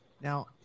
Now